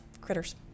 critters